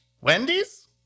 Wendy's